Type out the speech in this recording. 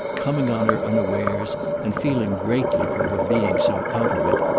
coming on her unawares and feeling greatly for her being so out of it,